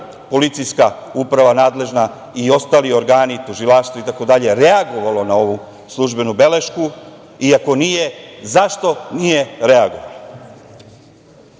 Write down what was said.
policijska uprava nadležna i ostali organi, tužilaštvo itd. reagovali na ovu službenu belešku i ako nije, zašto nije reagovalo? Dragan